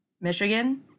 Michigan